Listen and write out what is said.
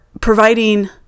providing